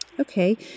Okay